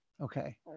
okay